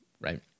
right